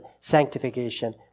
sanctification